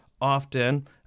often